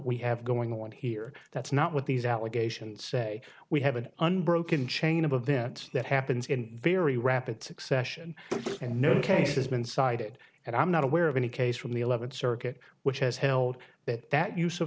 we have going on here that's not what these allegations say we have an unbroken chain of events that happens in very rapid succession and no case has been cited and i'm not aware of any case from the eleventh circuit which has held that that use of